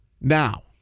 Now